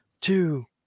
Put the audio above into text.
two